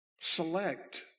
select